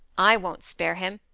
i won't spare him,